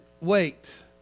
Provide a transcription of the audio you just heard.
wait